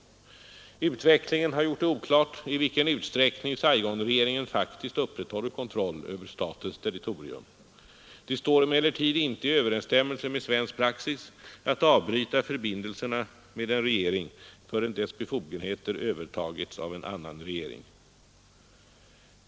Utvecklingen har gjort det oklart i vilken utsträckning Saigonregeringen faktiskt upprätthåller kontroll över statens territorium. Det står emellertid inte i överensstämmelse med svensk praxis att avbryta förbindelserna med en regering förrän dess befogenheter övertagits av en annan regering.